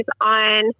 on